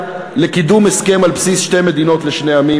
לקידום הסכם על בסיס שתי מדינות לשני עמים,